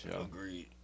Agreed